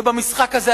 ובמשחק הזה,